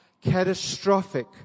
catastrophic